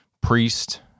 priest